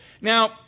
Now –